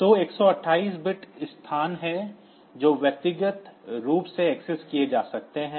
तो 128 बिट्स स्थान हैं जो व्यक्तिगत रूप से एक्सेस किए जा सकते हैं